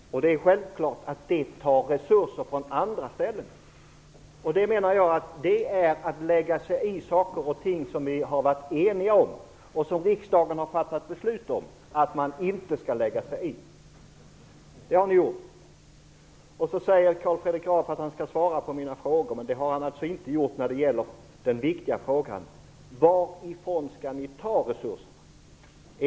Det tar självklart resurser från andra ställen. Jag menar att det är att lägga sig i saker och ting som vi har varit eniga om och som riksdagens har fattat beslut om att man inte skall lägga sig i. Så säger Carl Fredrik Graf att han skall svara på mina frågor, men det har han inte gjort när det gäller den viktiga frågan: Varifrån skall ni ta resurserna?